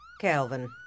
Calvin